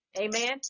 Amen